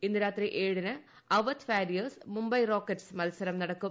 ഇന്ന് രാത്രി ഏഴിന് അവധ് വാരിയേഴ്സ് മുംബൈ റോക്കറ്റ്സ് മത്സരം നടക്കും